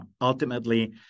ultimately